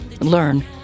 learn